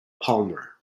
palmer